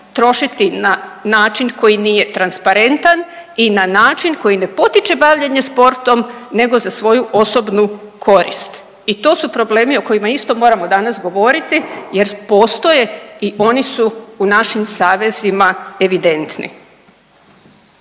trošiti na način koji nije transparentan i na način koji ne potiče bavljenje sportom nego za svoju osobnu korist i to su problemi o kojima isto moramo danas govoriti jer postoje i oni su u našim savezima evidentni.